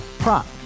Prop